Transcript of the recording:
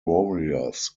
warriors